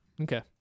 okay